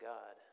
God